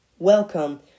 Welcome